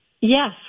Yes